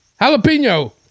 jalapeno